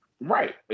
Right